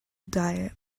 diet